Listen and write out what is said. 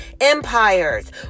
empires